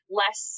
less